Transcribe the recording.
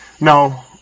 No